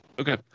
Okay